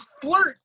flirt